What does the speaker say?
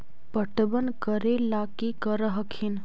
पटबन करे ला की कर हखिन?